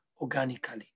organically